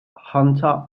hunter